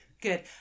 good